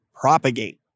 Propagate